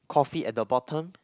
coffee at the bottom